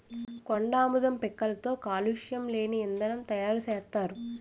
కొండాముదం పిక్కలతో కాలుష్యం లేని ఇంధనం తయారు సేత్తారు